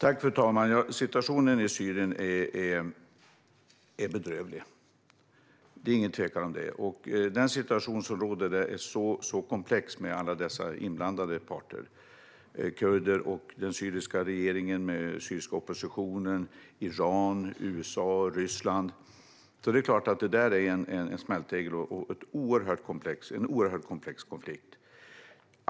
Fru talman! Ja, situationen i Syrien är bedrövlig - det är ingen tvekan om det. Den situation som råder där är komplex med alla dessa inblandade parter: kurder, den syriska regeringen, den syriska oppositionen, Iran, USA och Ryssland. Det är klart att det där är en smältdegel och en oerhört komplex konflikt.